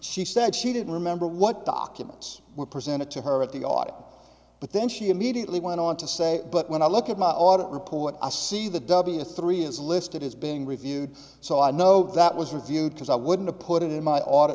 she said she didn't remember what documents were presented to her at the audit but then she immediately went on to say but when i look at my audit report i see the w three is listed as being reviewed so i know that was reviewed because i wouldn't put it in my audit